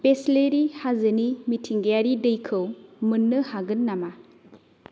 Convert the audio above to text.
बिसलेरि हाजोनि मिथिंगायारि दैखौ मोननो हागोन नामा